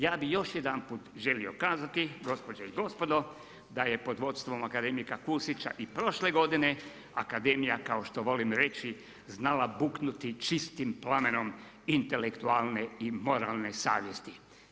Ja bi još jedanput želio kazati, gospođe i gospodo, da je pod vodstvom akademika Kusića i prošle godine, akademija kao što volim reći, znala buknuti čistim plamenom intelektualne i moralne savjesti.